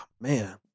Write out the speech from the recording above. man